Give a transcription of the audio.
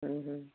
ହୁଁ ହୁଁ